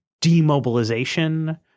demobilization